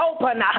Open